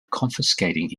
confiscating